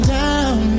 down